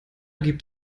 gibt